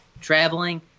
traveling